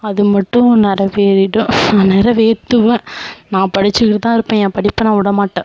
அது மட்டும் நிறவேறிடும் நான் நிறவேத்துவேன் நான் படிச்சிக்கிட்டு தான் இருப்பேன் என் படிப்பை நான் விடமாட்டேன்